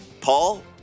Paul